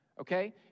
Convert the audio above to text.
Okay